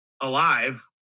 alive